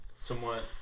Somewhat